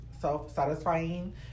self-satisfying